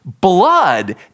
Blood